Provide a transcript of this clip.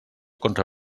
contra